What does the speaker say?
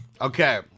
Okay